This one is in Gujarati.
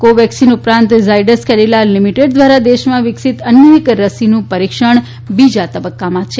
કોવેક્સીન ઉપરાંત ઝાયડસ કેડીલા લીમીટેડ દ્વારા દેશમાં વિકસિત અન્ય એક રસીનું પરીક્ષણ બીજા તબક્કામાં છે